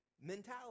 mentality